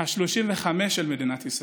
השלושים-וחמש של מדינת ישראל.